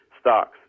stocks